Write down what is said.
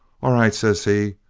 all right says he,